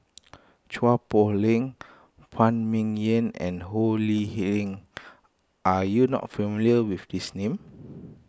Chua Poh Leng Phan Ming Yen and Ho Lee Ling are you not familiar with these names